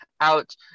out